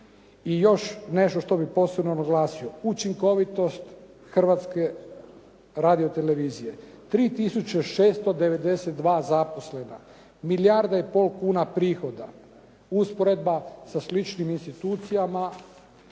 I još nešto što bih posebno naglasio. Učinkovitost Hrvatske radiotelevizije. 3 tisuće 692 zaposlena, milijarda i pol kuna prihoda, usporedba sa sličnim institucijama